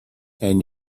and